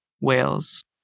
Wales